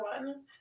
one